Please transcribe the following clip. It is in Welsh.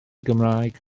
gymraeg